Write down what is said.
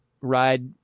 ride